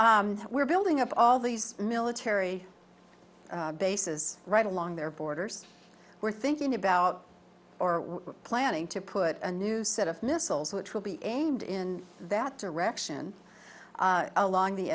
well we're building up all these military bases right along their borders we're thinking about or planning to put a new set of missiles which will be aimed in that direction along the